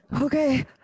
Okay